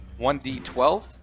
1d12